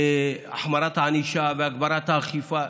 החמרת הענישה והגברת האכיפה,